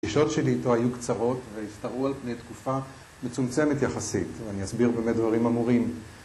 פגישות שלי איתו היו קצרות והשתרעו על פני תקופה מצומצמת יחסית ואני אסביר במה דברים אמורים